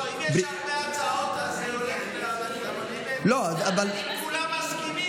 לא, אם יש הרבה הצעות, זה הולך, אם כולם מסכימים,